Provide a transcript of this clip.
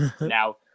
Now